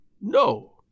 No